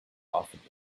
offered